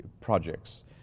projects